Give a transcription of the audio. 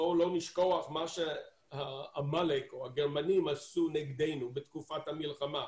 בואו לא נשכח מה שעמלק או הגרמנים עשו נגדנו בתקופת המלחמה.